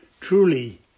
Truly